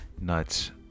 nuts